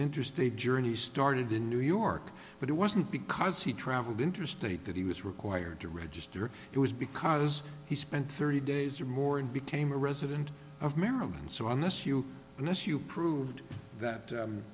interstate journey started in new york but it wasn't because he traveled interstate that he was required to register it was because he spent thirty days or more and became a resident of maryland so unless you unless you proved that u